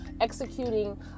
executing